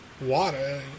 water